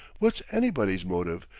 what's anybody's motive,